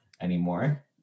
anymore